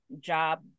job